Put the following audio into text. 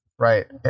right